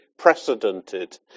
precedented